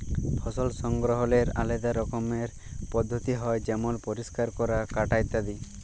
ফসল সংগ্রহলের আলেদা রকমের পদ্ধতি হ্যয় যেমল পরিষ্কার ক্যরা, কাটা ইত্যাদি